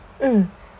mm